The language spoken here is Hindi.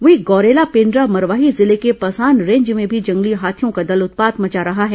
वहीं गौरेला पेण्ड्रा मरवाही जिले के पसान रेंज में भी जंगली हाथियों का दल उत्पात मचा रहा है